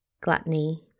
Gluttony